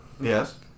yes